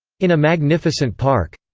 in a magnificent park.